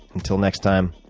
until next time,